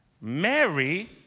Mary